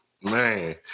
man